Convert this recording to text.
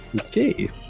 Okay